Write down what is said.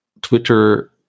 twitter